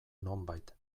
nonbait